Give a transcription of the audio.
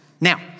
Now